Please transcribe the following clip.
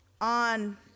on